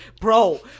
bro